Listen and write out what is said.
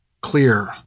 clear